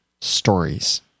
stories